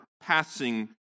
passing